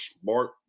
smart